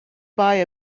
buy